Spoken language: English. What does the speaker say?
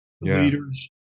leaders